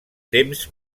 temps